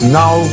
now